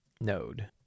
node